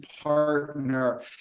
partner